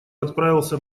отправился